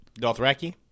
Dothraki